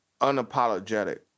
unapologetic